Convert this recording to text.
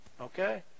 Okay